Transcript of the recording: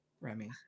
Remy